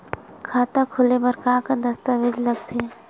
खाता खोले बर का का दस्तावेज लगथे?